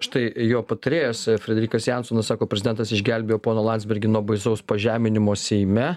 štai jo patarėjas frederikas jansonas sako prezidentas išgelbėjo poną landsbergį nuo baisaus pažeminimo seime